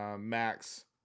Max